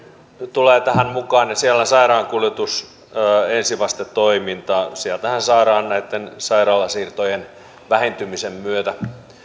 tulee tähän mukaan ja siellä sairaankuljetus ensivastetoiminta sieltähän saadaan näitten sairaalasiirtojen vähentymisen myötä